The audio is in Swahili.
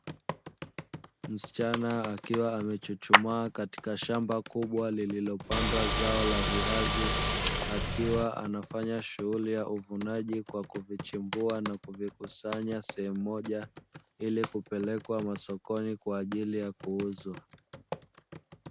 Msichana akiwa amechuchumaa katika shamba kubwa lililopandwa zao la viazi, akiwa anafanya shughuli ya uvunaji kwa kuvichimbua na kuvikusanya sehemu moja, ili kupelekwa masokoni kwa ajili ya kuuzwa.